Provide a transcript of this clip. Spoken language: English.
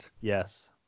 Yes